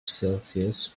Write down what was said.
celsius